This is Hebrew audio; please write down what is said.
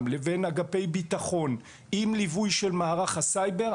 לבין אגפי ביטחון עם ליווי של מערך הסייבר,